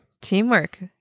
teamwork